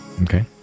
Okay